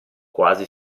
quasi